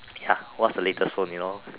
ya what's the latest phone you know